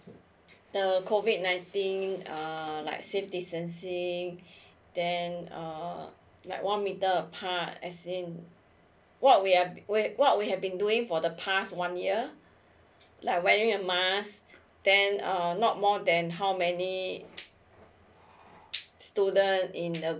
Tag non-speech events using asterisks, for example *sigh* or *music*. the C O V I D nineteen err like safe distancing then err likeone meter apart as in what we ha~ what we have been doing for the past one year like wearing your mask then err not more than how many *noise* student in the